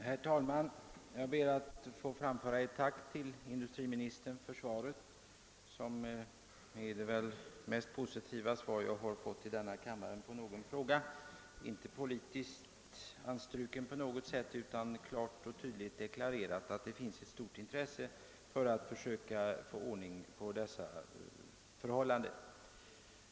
Herr talman! Jag ber att få framföra ett tack till industriministern för svaret, som är det mest positiva jag har fått på någon fråga i denna kammare. Svaret är inte politiskt anstruket på något sätt, utan det har där klart och tydligt deklarerats ett stort intresse för att försöka få ordning på förhållandena.